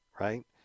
right